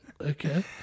Okay